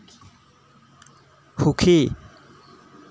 সুখী